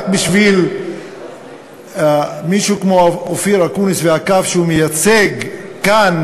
רק בשביל מישהו כמו אופיר אקוניס והקו שהוא מייצג כאן,